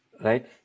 Right